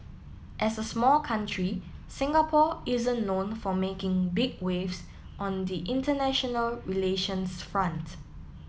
as a small country Singapore isn't known for making big waves on the international relations front